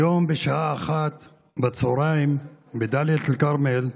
היום בשעה 13:00 בצוהריים, בדאלית אל-כרמל,